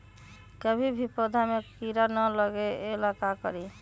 कभी भी पौधा में कीरा न लगे ये ला का करी?